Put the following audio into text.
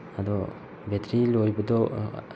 ꯑꯗꯣ ꯕꯦꯇ꯭ꯔꯤ ꯂꯣꯏꯕꯗꯣ